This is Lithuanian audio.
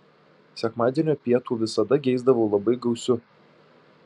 sekmadienio pietų visada geisdavau labai gausių